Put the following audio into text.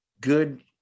good